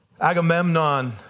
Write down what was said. Agamemnon